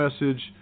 message